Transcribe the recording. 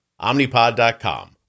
Omnipod.com